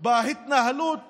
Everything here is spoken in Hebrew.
בהתנהלות